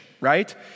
right